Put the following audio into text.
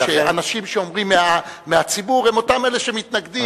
אנשים שאומרים מהציבור הם אותם אלה שמתנגדים,